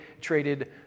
traded